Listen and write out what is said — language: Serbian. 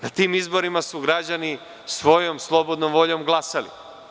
Na tim izborima su građani svojom slobodnom voljom glasali.